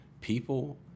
People